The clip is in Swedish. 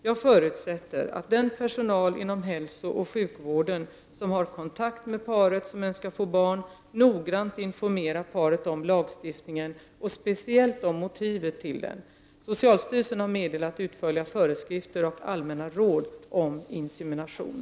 Jag förutsätter att den personal inom hälsooch sjukvården som har kontakt med paret som önskar få barn noggrant informerar om lagstiftningen och speciellt om motiven till den. Socialstyrelsen har meddelat utförliga föreskrifter och allmänna råd om insemination .